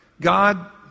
God